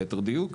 ליתר דיוק.